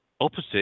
opposite